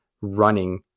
running